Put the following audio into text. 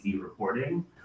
reporting